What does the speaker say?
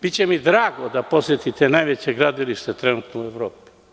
Biće mi drago da posetite najveće gradilište trenutno u Evropi.